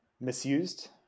misused